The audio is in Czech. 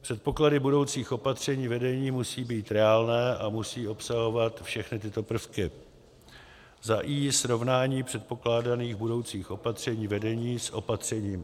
Předpoklady budoucích opatření vedení musí být reálné a musí obsahovat všechny tyto prvky: i) srovnání předpokládaných budoucích opatření vedení s opatřeními...